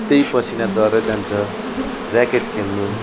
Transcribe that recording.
त्यही पसिनाद्वारा जान्छ ऱ्याकेट खेल्नु